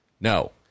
No